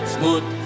Smooth